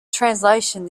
translations